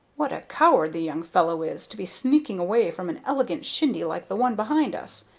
what a coward the young fellow is, to be sneaking away from an elegant shindy like the one behind us!